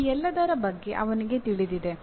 ಈ ಎಲ್ಲದರ ಬಗ್ಗೆ ಅವನಿಗೆ ತಿಳಿದಿದೆ